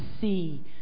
see